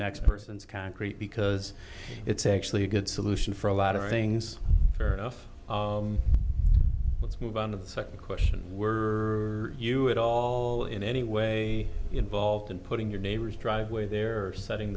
next person's concrete because it's actually a good solution for a lot of things fair enough let's move on to the second question were you at all in any way involved in putting your neighbor's driveway there or setting